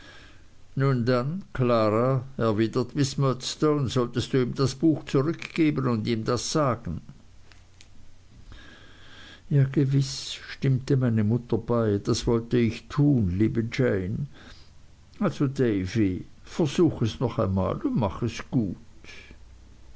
nun dann klara erwidert miß murdstone solltest du ihm das buch zurückgeben und ihm das sagen ja gewiß stimmt meine mutter bei das wollte ich tun liebe jane also davy versuch es noch einmal und mach es gut